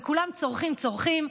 וכולם צורחים וצורחים.